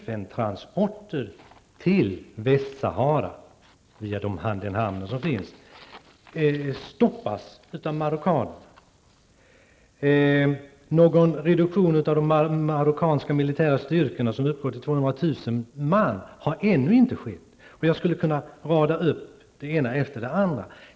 FN-transporter till Västsahara via den hamn som finns stoppas av marockaner. Någon reduktion av de marockanska militära styrkorna, som uppgår till 200 000 man, har ännu inte skett. Jag skulle kunna fortsätta att räkna upp det ena exemplet efter det andra.